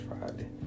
Friday